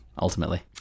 ultimately